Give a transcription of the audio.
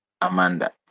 amanda